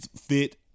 fit